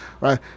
right